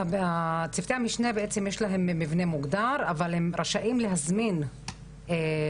--- צוותי המשנה יש להם מבנה מוגדר אבל הם רשאים להזמין נציגים